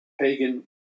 pagan